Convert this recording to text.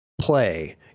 play